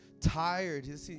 tired